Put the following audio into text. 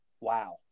Wow